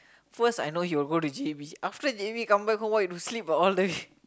first I know he will go to gym after gym he come back home what you do sleep ah all day